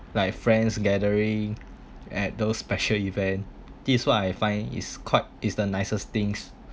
like friends gathering at those special event this is what I find is quite is the nicest things